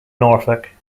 norfolk